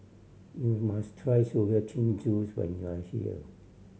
you must try sugar cane juice when you are here